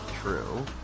True